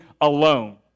alone